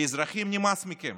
לאזרחים נמאס מכם,